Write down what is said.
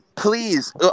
Please